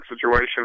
situation